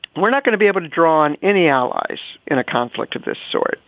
we're not going to be able to draw on any allies in a conflict of this sort